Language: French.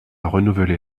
renouvelé